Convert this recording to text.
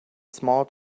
small